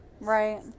Right